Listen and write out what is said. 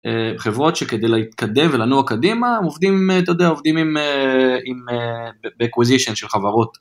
אה חברות שכדי להתקדם ולנוע קדימה, עובדים, אתה יודע, עובדים עם... עם... עובדים באקוויזישן של חברות.